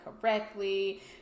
correctly